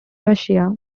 russia